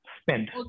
Spend